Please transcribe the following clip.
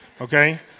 okay